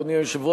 אדוני היושב-ראש,